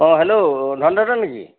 অঁ হেল্ল' ধন দদাইদেউ নেকি